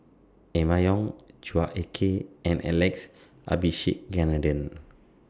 Emma Yong Chua Ek Kay and Alex Abisheganaden